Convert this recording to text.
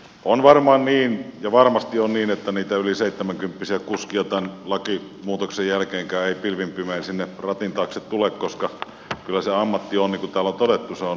on varmaan niin ja varmasti on niin että niitä yli seitsemänkymppisiä kuskeja tämän lakimuutoksen jälkeenkään ei pilvin pimein sinne ratin taakse tule koska kyllä se on niin kuin täällä on todettu raskas ammatti